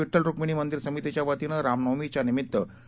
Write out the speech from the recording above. विठ्ठल रूक्मिणी मंदिर समितीच्या वतीनं रामनवमीच्या निमीत्तश्री